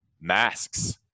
masks